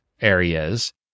areas